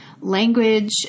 language